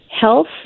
health